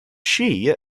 shea